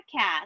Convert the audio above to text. podcast